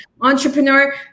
entrepreneur